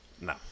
No